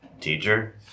teacher